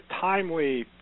timely